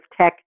tech